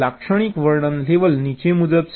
લાક્ષણિક વર્ણન લેવલ નીચે મુજબ છે